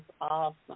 awesome